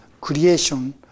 creation